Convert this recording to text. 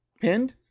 pinned